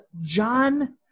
John